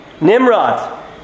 Nimrod